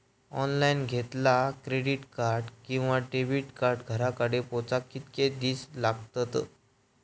Online घेतला credit card किंवा debit card घराकडे पोचाक कितके दिस लागतत?